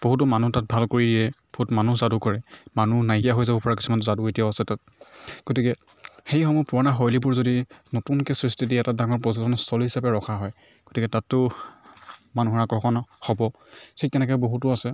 বহুতো মানুহ তাত ভাল কৰি দিয়ে বহুত মানুহ যাদু কৰে মানুহ নাইকিয়া হৈ যাব পৰা কিছুমান যাদু এতিয়াও আছে তাত গতিকে সেইসমূহ পুৰণা শৈলীবোৰ যদি নতুনকৈ সৃষ্টি দি এটা ডাঙৰ পৰ্যটনস্থলী হিচাপে ৰখা হয় গতিকে তাতটো মানুহৰ আকৰ্ষণ হ'ব ঠিক তেনেকৈ বহুতো আছে